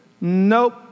Nope